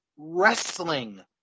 Wrestling